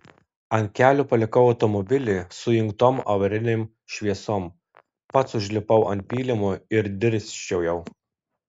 ant kelio palikau automobilį su įjungtom avarinėm šviesom pats užlipau ant pylimo ir dirsčiojau